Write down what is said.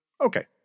Okay